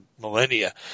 millennia